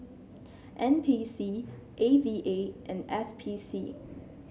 N P C A V A and S P C